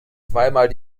zweimal